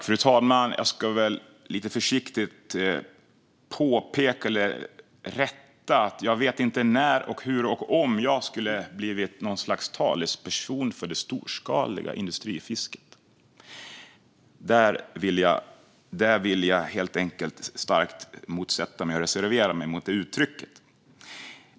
Fru talman! Jag ska lite försiktigt rätta ledamoten. Jag vet inte när, hur och om jag skulle ha blivit något slags talesperson för det storskaliga industrifisket. Jag vill helt enkelt starkt motsätta mig detta och reservera mig mot det uttrycket.